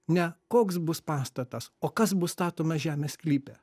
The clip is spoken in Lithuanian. ne koks bus pastatas o kas bus statoma žemės sklype